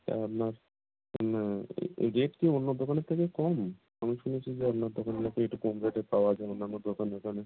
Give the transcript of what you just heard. তা আপনার রেট কি অন্য দোকানের থেকে কম আমি শুনেছি যে আপনার দোকানে না কি একটু কম রেটে পাওয়া যায় অন্যান্য দোকান